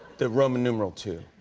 the roman numeral two.